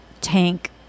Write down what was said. tank